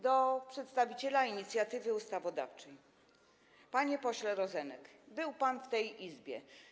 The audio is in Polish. Do przedstawiciela inicjatywy ustawodawczej: panie pośle Rozenek, był pan w tej Izbie.